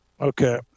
Okay